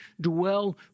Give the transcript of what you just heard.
dwell